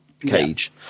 cage